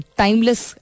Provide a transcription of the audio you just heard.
timeless